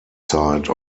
side